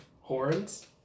horns